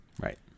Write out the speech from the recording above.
Right